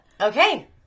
Okay